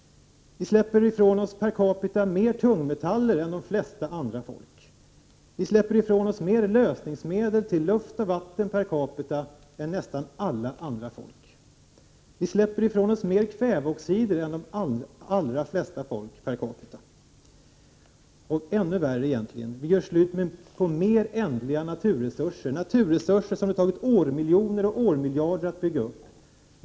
Vi släpper ifrån oss per capita mer tungmetaller än de flesta andra folk. Vi släpper ifrån oss mer lösningsmedel till luften och vatten per person än nästan alla andra folk. Vi släpper ifrån oss mer kväveoxider per capita än de allra flesta folk. Än värre egentligen är att vi gör slut på våra ändliga naturresurser som det har tagit miljoner och miljarder år att bygga upp.